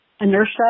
inertia